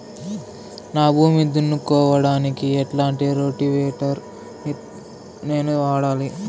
నా భూమి దున్నుకోవడానికి ఎట్లాంటి రోటివేటర్ ని నేను వాడాలి?